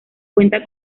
cuenta